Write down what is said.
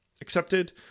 accepted